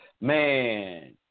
Man